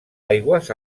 aigües